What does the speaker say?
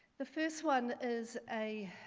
the first one is a